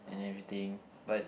and everything but